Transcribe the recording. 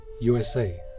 USA